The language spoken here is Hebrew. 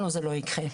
לנו זה לא יקרה,